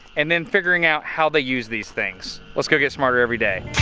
and then figuring out how they use these things. let's go get smarter everyday.